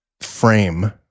frame